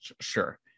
sure